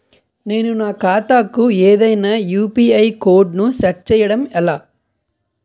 నేను నా ఖాతా కు ఏదైనా యు.పి.ఐ కోడ్ ను సెట్ చేయడం ఎలా?